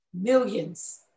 millions